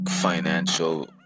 financial